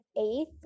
eighth